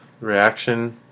reaction